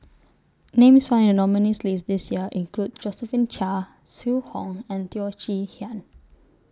Names found in The nominees' list This Year include Josephine Chia Zhu Hong and Teo Chee Hean